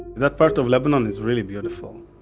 that part of lebanon is really beautiful.